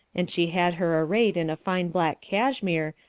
and she had her arrayed in a fine black cashmere,